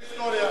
ולכן,